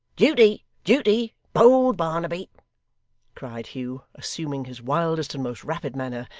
duty, duty, bold barnaby cried hugh, assuming his wildest and most rapid manner,